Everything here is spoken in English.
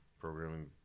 programming